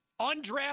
undraft